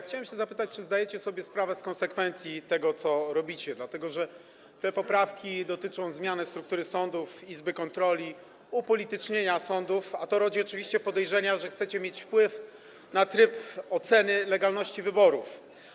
Chciałem zapytać, czy zdajecie sobie sprawę z konsekwencji tego, co robicie, dlatego że te poprawki dotyczą zmiany struktury sądów, izby kontroli, upolitycznienia sądów, a to rodzi oczywiście podejrzenia, że chcecie mieć wpływ na tryb oceny legalności wyborów.